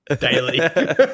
Daily